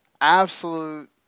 absolute